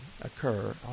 occur